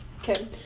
Okay